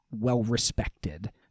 well-respected